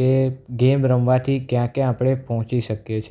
કે ગેમ રમવાથી ક્યાં ક્યાં આપણે પહોંચી શકે છે